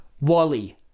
Wally